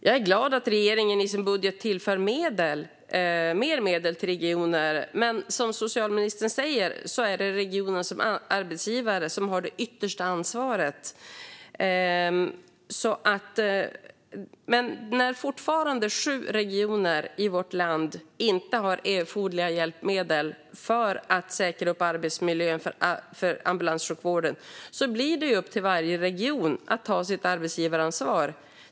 Jag är glad att regeringen i sin budget tillför mer medel till regionerna, men som socialministern säger är det regionerna som arbetsgivare som har det yttersta ansvaret. När det fortfarande är sju regioner i vårt land som inte har erforderliga hjälpmedel för att säkra arbetsmiljön för ambulanssjukvården blir det upp till varje region att ta sitt arbetsgivaransvar.